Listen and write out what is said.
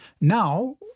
Now